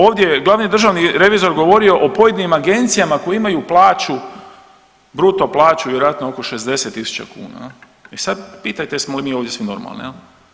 Ovdje je glavni državni revizor govorio o pojedinim agencijama koje imaju plaću, bruto plaću vjerojatno oko 60.000 kuna i sad pitajte jesmo li mi ovdje svi normalni jel.